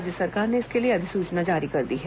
राज्य सरकार ने इसके लिए अधिसुचना जारी कर दी है